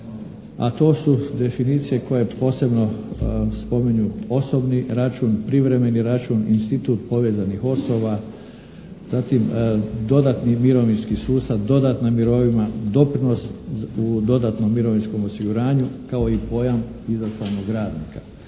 a to su definicije koje posebno spominju osobni račun, privremeni račun, institut povezanih osoba, zatim dodatni mirovinski sustav, dodatna mirovina, doprinos u dodatnom mirovinskom osiguranju kao i pojam izaslanog radnika.